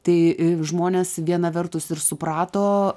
tai ir į žmonės viena vertus ir suprato